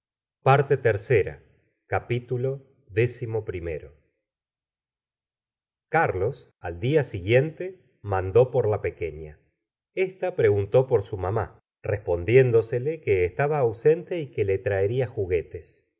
vi carlos al dia siguiente mandó por la pequeña esta preguntó por su mamá respondiéndosele que estaba ausente y que le traería juguetes